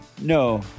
No